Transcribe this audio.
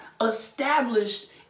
established